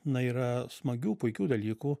na yra smagių puikių dalykų